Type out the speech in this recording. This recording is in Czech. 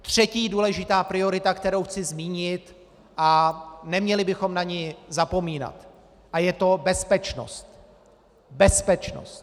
Třetí důležitá priorita, kterou chci zmínit, a neměli bychom na ni zapomínat, je bezpečnost.